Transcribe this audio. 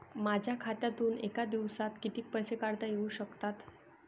माझ्या खात्यातून एका दिवसात किती पैसे काढता येऊ शकतात?